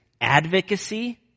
advocacy